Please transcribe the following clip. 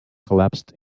collapsed